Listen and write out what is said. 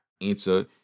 answer